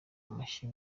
amashyi